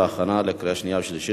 הצעת חוק